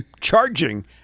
charging